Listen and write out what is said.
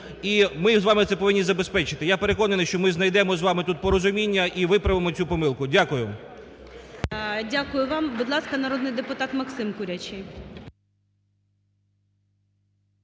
І ми з вами це повинні забезпечити. Я переконаний, що ми знайдемо з вами тут порозуміння і виправимо цю помилку. Дякую. ГОЛОВУЮЧИЙ. Дякую вам. Будь ласка, народний депутат Максим Курячий.